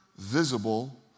visible